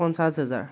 পঞ্চাছ হাজাৰ